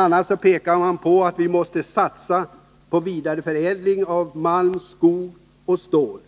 a. pekar man på att vi måste satsa på vidareförädling av malm, skog och stål,